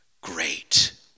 great